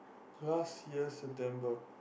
last year September